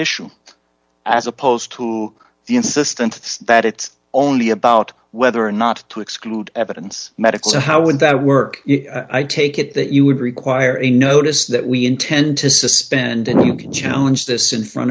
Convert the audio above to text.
issue as opposed to the insistence that it's only about whether or not to exclude evidence medical so how would that work i take it that you would require a notice that we intend to suspend jones this in front